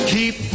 Keep